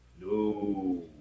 No